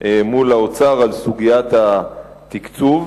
מול האוצר בסוגיית התקצוב.